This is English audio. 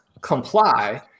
comply